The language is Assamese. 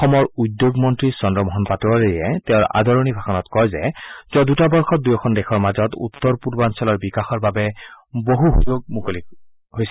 অসমৰ উদ্যোগ মন্ত্ৰী চন্দ্ৰমোহন পাটোৱাৰীয়ে তেওঁৰ আদৰণি ভাষণত কয় যে যোৱা দুটা বৰ্ষত দুয়োখন দেশৰ মাজত উত্তৰ পূৰ্বাঞ্চলৰ বিকাশৰ বাবে বহু সুযোগ মুকলি হৈছে